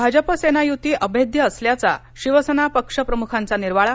भाजपा सेना यती अभेद्य असल्याचा शिवसेना पक्षप्रमखांचा निर्वाळा